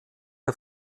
der